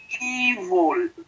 evil